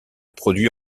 produit